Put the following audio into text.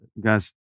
guys